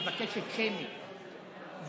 מבקשת הצבעה שמית,